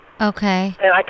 Okay